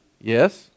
yes